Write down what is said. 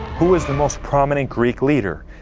who was the most prominent greek leader?